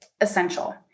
essential